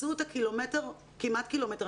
מצאו אותה כמעט קילומטר מהגן,